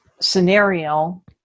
scenario